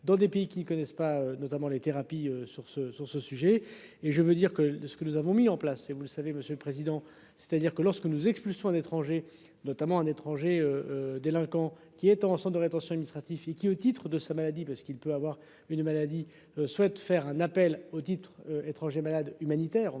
dans des pays qui connaissent pas, notamment les thérapies sur ce sur ce sujet et je veux dire que de ce que nous avons mis en place et vous le savez, monsieur le président. C'est-à-dire que lorsque nous expulsions d'étrangers notamment un étranger délinquant qui est en en centre de rétention administrative et qui, au titre de sa maladie parce qu'il peut avoir une maladie souhaite faire un appel aux titres étrangers malades humanitaires,